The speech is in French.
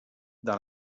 dans